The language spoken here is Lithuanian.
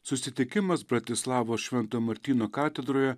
susitikimas bratislavos švento martyno katedroje